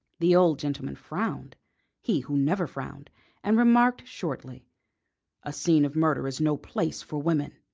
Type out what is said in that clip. the old gentleman frowned he who never frowned and remarked shortly a scene of murder is no place for women.